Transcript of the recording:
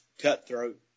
cutthroat